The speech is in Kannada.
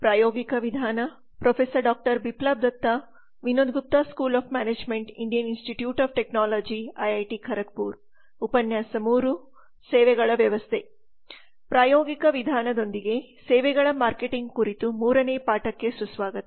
ಪ್ರಾಯೋಗಿಕ ವಿಧಾನದೊಂದಿಗೆ ಸೇವೆಗಳ ಮಾರ್ಕೆಟಿಂಗ್ ಕುರಿತು 3 ನೇ ಪಾಠಕ್ಕೆ ಸುಸ್ವಾಗತ